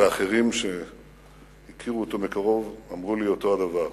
ואחרים שהכירו אותו מקרוב אמרו לי אותו הדבר.